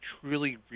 truly